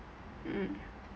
mm